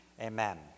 amen